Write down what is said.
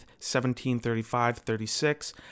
1735-36